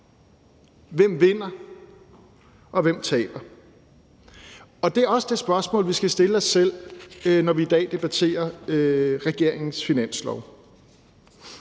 hvem vinder, og hvem taber? Og det er også det spørgsmål, vi skal stille os selv, når vi i dag debatterer regeringens finanslovsforslag.